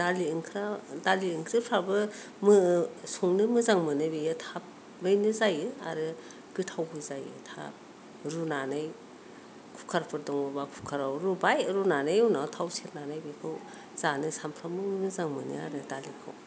दालि ओंख्रिफ्राबो संनो मोजां मोनो बेयो थाबैनो जायो आरो गोथावबो जायो रुनानै कुकार फोर दङबा कुकार आव रुबाय रुनानै उनाव दाव सेरनानै जानो सामफ्रामबो मोजां मोनो आरो दालिखौ